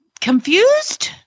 confused